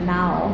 now